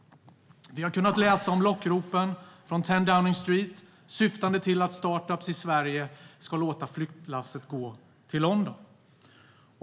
Vi har kunnat läsa om lockropen från 10 Downing Street syftande till att startups i Sverige ska låta flyttlasset gå till London.